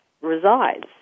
resides